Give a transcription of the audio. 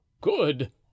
Good